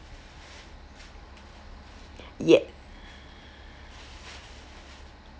yup